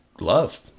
Love